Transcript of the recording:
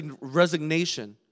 resignation